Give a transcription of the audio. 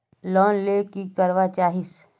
Loan ले की करवा चाहीस?